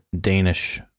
Danish